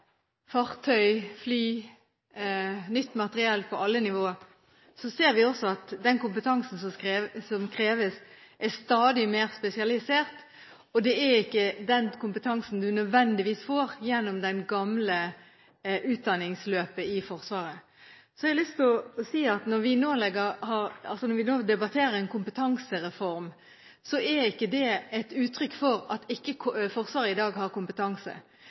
fartøy, fly og nytt materiell på alle nivåer, ser vi også at den kompetansen som kreves, er stadig mer spesialisert. Det er ikke den kompetansen man nødvendigvis får gjennom det gamle utdanningsløpet i Forsvaret. Så har jeg lyst til å si at når vi i dag debatterer en kompetansereform, er ikke det et uttrykk for at ikke Forsvaret i dag har kompetanse.